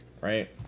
right